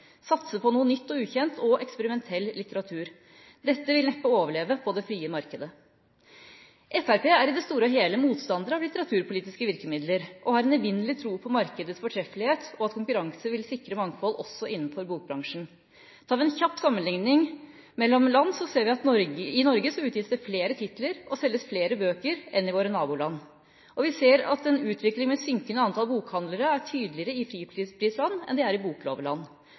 satse på noe nytt og ukjent, og eksperimentell litteratur. Dette vil neppe overleve på det frie markedet. Fremskrittspartiet er i det store og hele motstandere av litteraturpolitiske virkemidler, og har en evinnelig tro på markedets fortreffelighet, og at konkurranse vil sikre mangfold også innenfor bokbransjen. Tar vi en kjapp sammenligning mellom land, ser vi at det i Norge utgis flere titler og selges flere bøker enn i våre naboland, og vi ser at en utvikling med synkende antall bokhandlere er tydeligere i friprisland enn i